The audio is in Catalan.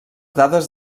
dades